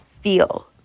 feel